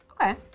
okay